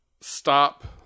stop